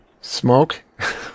Smoke